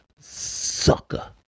sucker